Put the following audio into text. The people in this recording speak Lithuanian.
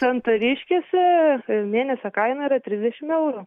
santariškėse mėnesio kaina yra trisdešim eurų